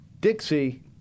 Dixie